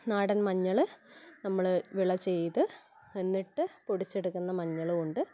നാടൻ മഞ്ഞൾ നമ്മൾ വിള ചെയ്ത് എന്നിട്ട് പൊടിച്ചെടുക്കുന്ന മഞ്ഞൾ കൊണ്ട്